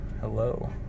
hello